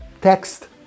text